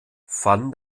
van